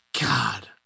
God